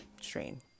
strain